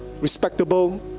respectable